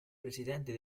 presidente